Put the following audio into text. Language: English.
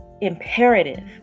imperative